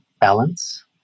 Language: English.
balance